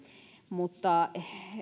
mutta